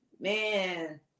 Man